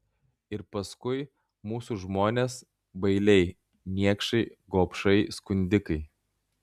ir paskui mūsų žmonės bailiai niekšai gobšai skundikai